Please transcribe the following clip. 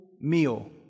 meal